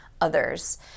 others